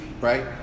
right